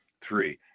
Three